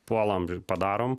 puolam ir padarom